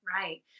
Right